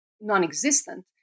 non-existent